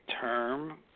term